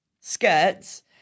skirts